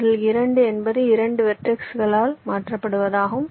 இதில் 2 என்பது 2 வெர்டெக்ஸ்களால் மாற்றுவதாகும்